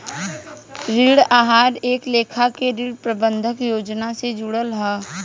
ऋण आहार एक लेखा के ऋण प्रबंधन योजना से जुड़ल हा